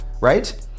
right